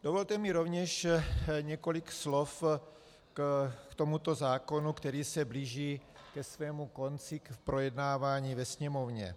Dovolte mi rovněž několik slov k tomuto zákonu, který se blíží ke svému konci v projednávání ve Sněmovně.